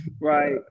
Right